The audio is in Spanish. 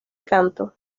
canto